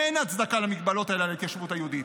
אין הצדקה למגבלות האלה על ההתיישבות היהודית.